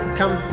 come